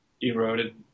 eroded